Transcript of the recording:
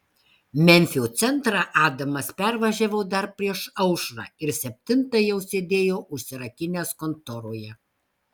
memfio centrą adamas pervažiavo dar prieš aušrą ir septintą jau sėdėjo užsirakinęs kontoroje